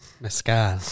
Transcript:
Mescal